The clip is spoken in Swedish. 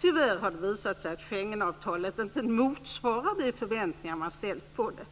Tyvärr har det visat sig att Schengenavtalet inte motsvarar de förväntningar man ställt på det.